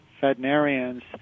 veterinarians